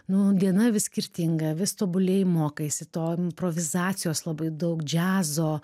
nu diena vis skirtinga vis tobulėji mokaisi to improvizacijos labai daug džiazo